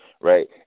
Right